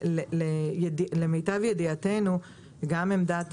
למיטב ידיעתנו גם עמדת